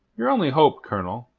your only hope, colonel,